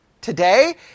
today